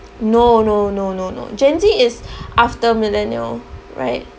no no no no no gen Z is after millennial right